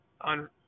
on